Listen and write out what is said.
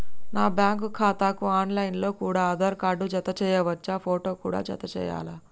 నా బ్యాంకు ఖాతాకు online లో కూడా ఆధార్ కార్డు జత చేయవచ్చా ఫోటో కూడా జత చేయాలా?